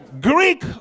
Greek